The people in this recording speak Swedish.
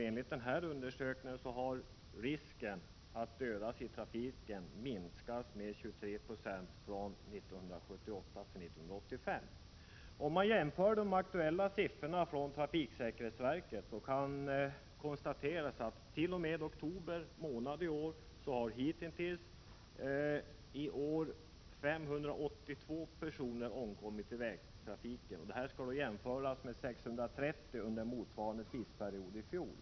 Enligt den undersökningen har risken att dödas i trafiken minskat med 23 96 från 1978 till 1985. Om man jämför de aktuella siffrorna från trafiksäkerhetsverket kan man konstatera att t.o.m. oktober månad har i år 582 personer omkommit i vägtrafiken, vilket kan jämföras med 630 under motsvarande tidsperiod i fjol.